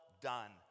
done